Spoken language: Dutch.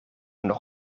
nog